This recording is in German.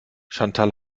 chantal